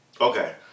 Okay